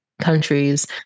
countries